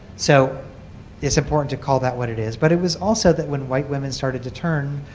so it's important to call that what it is. but it was also that when white women started to turn,